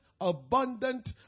abundant